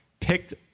picked